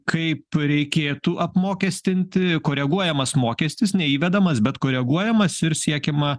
kaip reikėtų apmokestinti koreguojamas mokestis neįvedamas bet koreguojamas ir siekiama